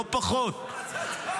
לא פחות,